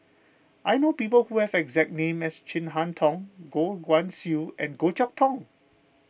I know people who have the exact name as Chin Harn Tong Goh Guan Siew and Goh Chok Tong